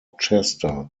chester